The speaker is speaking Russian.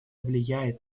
влияет